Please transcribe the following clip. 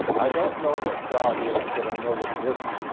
i don't know what god is but i know what he isn't.